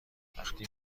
وقتی